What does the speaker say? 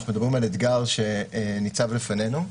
אנחנו מדברים על אתגר שניצב לפנינו,